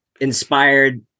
inspired